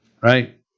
right